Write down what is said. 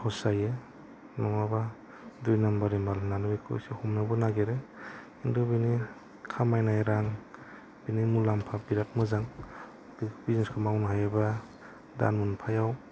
सहस जायो नङाबा दुइ नामबार नि माल होननानै बेखौ एसे हमनोबो नागिरो खिनथु बिनि खामायनाय रां बिनि मुलामफा बिराथ मोजां बिजिनेसखौ मावनो हायोबा दान मोनफायाव